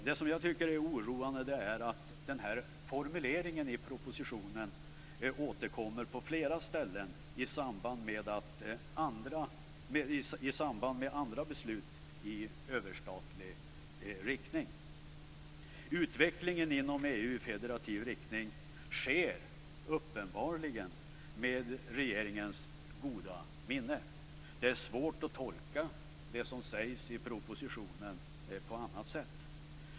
Det som jag tycker är oroande är att denna formulering i propositionen återkommer på flera ställen i samband med andra beslut i överstatlig riktning. Utvecklingen inom EU i federativ riktning sker uppenbarligen med regeringens goda minne. Det är svårt att tolka det som sägs i propositionen på annat sätt.